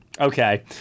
Okay